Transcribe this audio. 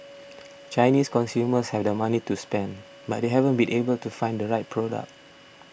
Chinese consumers have the money to spend but they haven't been able to find the right product